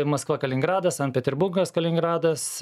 maskva kaliningradas sankt peterburgas kaliningradas